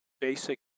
basic